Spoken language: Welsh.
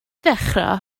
ddechrau